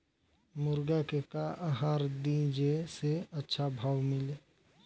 मुर्गा के का आहार दी जे से अच्छा भाव मिले?